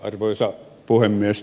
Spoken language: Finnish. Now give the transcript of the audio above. arvoisa puhemies